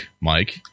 Mike